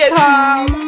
time